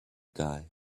guy